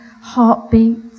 heartbeats